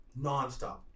nonstop